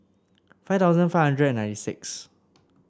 five thousand five hundred and ninety six